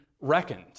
reckoned